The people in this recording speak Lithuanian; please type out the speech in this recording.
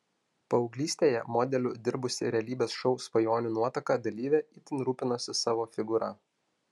paauglystėje modeliu dirbusi realybės šou svajonių nuotaka dalyvė itin rūpinosi savo figūra